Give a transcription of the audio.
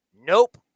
Nope